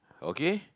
okay